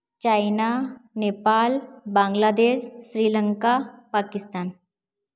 China Nepal Bangladesh Sri Lanka Pakistan